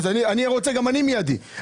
אני רוצה גם אני מיידי,